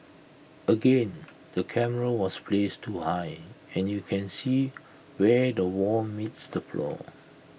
again the camera was placed too high and you can see where the wall meets the floor